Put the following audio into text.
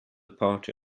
party